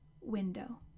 window